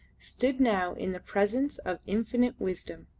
stood now in the presence of infinite wisdom.